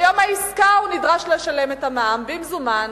ביום העסקה הוא נדרש לשלם את המע"מ במזומן.